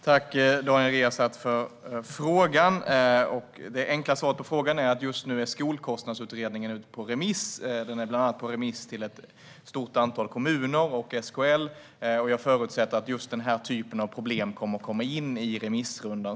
Herr talman! Tack, Daniel Riazat, för frågan! Det enkla svaret är att Skolkostnadsutredningen just nu är ute på remiss, bland annat till ett stort antal kommuner och SKL. Jag förutsätter att just denna typ av problem kommer att komma in i remissrundan.